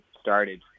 started